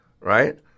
right